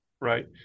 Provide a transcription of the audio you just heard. right